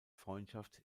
freundschaft